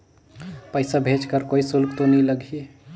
पइसा भेज कर कोई शुल्क तो नी लगही?